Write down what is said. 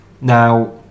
Now